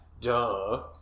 Duh